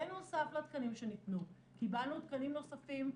בנוסף לתקנים שניתנו קיבלנו תקנים נוספים,